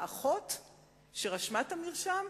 האחות שרשמה את המרשם,